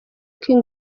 king